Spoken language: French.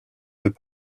deux